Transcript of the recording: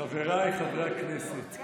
חבריי חברי הכנסת,